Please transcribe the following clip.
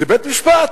זה בית-משפט.